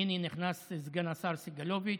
הינה נכנס סגן השר סגלוביץ'.